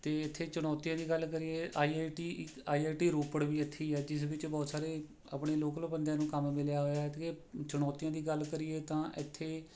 ਅਤੇ ਇੱਥੇ ਚੁਣੋਤੀਆਂ ਦੀ ਗੱਲ ਕਰੀਏ ਆਈ ਆਈ ਟੀ ਇੱਕ ਆਈ ਆਈ ਟੀ ਰੋਪੜ ਵੀ ਇੱਥੇ ਹੀ ਆ ਜਿਸ ਵਿੱਚ ਬਹੁਤ ਸਾਰੇ ਆਪਣੇ ਲੋਕਲ ਬੰਦਿਆਂ ਨੂੰ ਕੰਮ ਮਿਲਿਆ ਹੋਇਆ ਹੈ ਅਤੇ ਚੁਣੋਤੀਆਂ ਦੀ ਗੱਲ ਕਰੀਏ ਤਾਂ ਇੱਥੇ